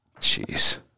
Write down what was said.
Jeez